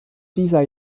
dieser